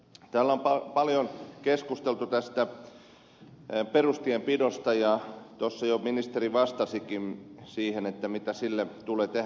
täällä on paljon keskusteltu perustienpidosta ja tuossa jo ministeri vastasikin siihen mitä sille tulee tehdä